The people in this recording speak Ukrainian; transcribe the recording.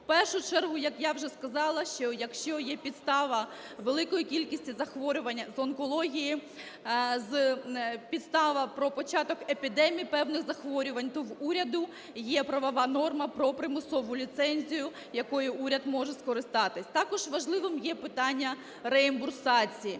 В першу чергу, як я вже сказала, що якщо є підстава великої кількості захворювань з онкології, підстава про початок епідемій певних захворювань, то в уряду є правова норма про примусову ліцензію, якою уряд може скористатися. Також важливим є питання реімбурсації.